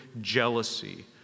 jealousy